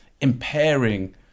impairing